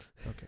Okay